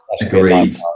agreed